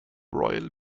royal